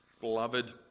Beloved